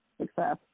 success